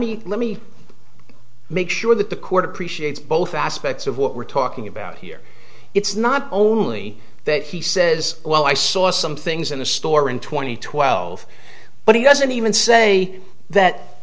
me let me make sure that the court appreciates both aspects of what we're talking about here it's not only that he says well i saw some things in the store in two thousand and twelve but he doesn't even say that